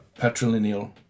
patrilineal